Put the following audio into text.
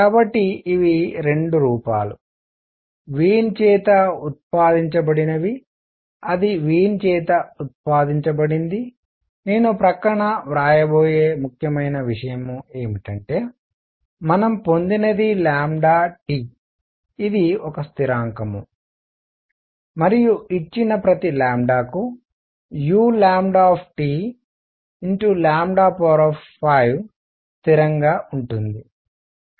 కాబట్టి ఇవి 2 రూపాలు వీన్ చేత ఉత్పాదించబడినవి అది వీన్ చేత ఉత్పాదించబడింది నేను ప్రక్కన వ్రాయబోయే ముఖ్యమైన విషయం ఏమిటంటే మనం పొందినది T ఇది ఒక స్థిరాంకం మరియు ఇచ్చిన ప్రతి కు u5స్థిరంగా ఉంటుంది